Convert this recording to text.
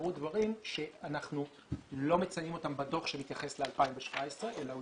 קרו דברים שאנחנו לא מציינים אותם בדוח שמתייחס ל-2017 אלא הם